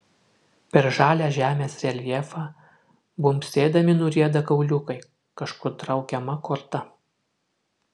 per žalią žemės reljefą bumbsėdami nurieda kauliukai kažkur traukiama korta